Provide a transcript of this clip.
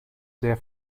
sehr